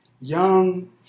young